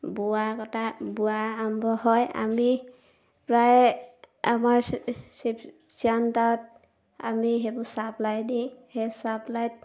বোৱা কটা বোৱা আৰম্ভ হয় আমি প্ৰায় আমাৰ চিয়ান্তাত আমি সেইবোৰ চাপ্লাই দি সেই চাপ্লাইত